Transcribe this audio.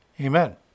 Amen